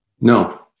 No